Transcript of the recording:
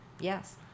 Yes